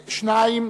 2),